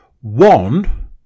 One